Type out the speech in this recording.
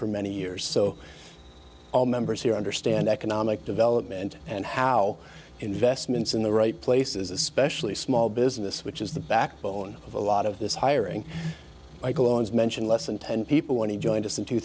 for many years so all members here understand economic development and how investments in the right places especially small business which is the backbone of a lot of this hiring michael as mentioned less than ten people when he joined us in two